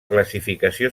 classificació